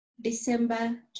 December